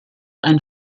ein